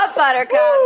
buttercup!